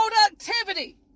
productivity